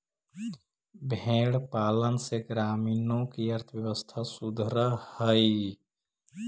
भेंड़ पालन से ग्रामीणों की अर्थव्यवस्था सुधरअ हई